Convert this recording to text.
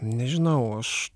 nežinau aš